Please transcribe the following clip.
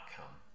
outcome